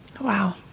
wow